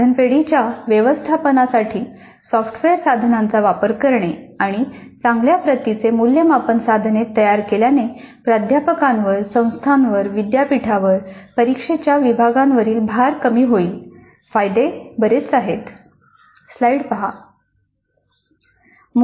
साधन पेढीच्या व्यवस्थापनासाठी सॉफ्टवेअर साधनांचा वापर करणे आणि चांगल्या प्रतीचे मूल्यमापन साधने तयार केल्याने प्राध्यापकांवर संस्थांवर विद्यापीठावर परीक्षेच्या विभागांवरील भार कमी होईल फायदे बरेच आहेत